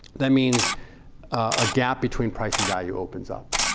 that means a gap between price and value opens up.